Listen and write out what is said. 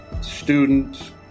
student